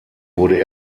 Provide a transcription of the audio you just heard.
wurde